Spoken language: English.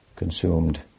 Consumed